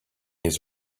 his